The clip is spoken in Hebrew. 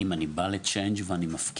אז אם אני בא ל"צ'יינג'" ואני מפקיד